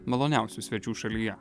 maloniausių svečių šalyje